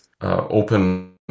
open